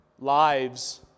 lives